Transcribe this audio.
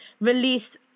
release